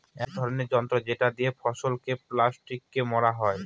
এক রকমের যন্ত্র যেটা দিয়ে ফসলকে প্লাস্টিকে মোড়া হয়